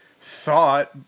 thought